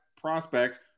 prospects